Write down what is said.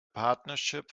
partnership